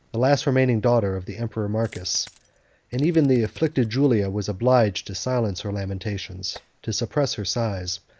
the last remaining daughter of the emperor marcus and even the afflicted julia was obliged to silence her lamentations, to suppress her sighs,